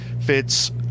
fits